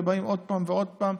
ובאים עוד פעם ועוד פעם,